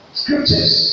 scriptures